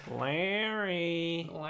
Larry